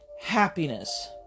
happiness